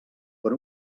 per